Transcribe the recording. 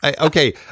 Okay